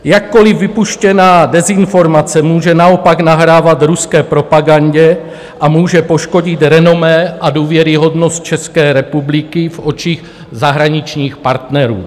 Jakkoliv vypuštěná dezinformace může naopak nahrávat ruské propagandě a může poškodit renomé a důvěryhodnost České republiky v očích zahraničních partnerů.